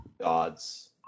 gods